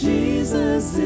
Jesus